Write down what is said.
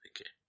Okay